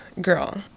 girl